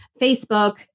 Facebook